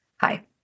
Hi